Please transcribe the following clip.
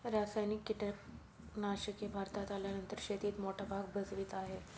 रासायनिक कीटनाशके भारतात आल्यानंतर शेतीत मोठा भाग भजवीत आहे